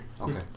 Okay